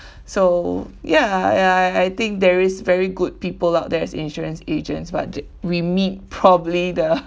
so ya ya ya I think there is very good people out there is insurance agents but we meet probably the